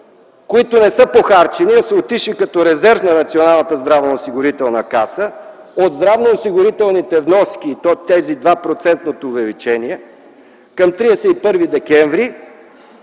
които не са похарчени, а са отишли като резерв на Националната здравноосигурителна каса от здравноосигурителните вноски – тези от 2-процентното увеличение към 31 декември?